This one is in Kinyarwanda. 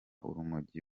urumogi